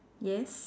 yes